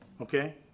Okay